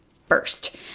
first